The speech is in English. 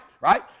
right